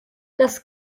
das